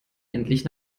endlich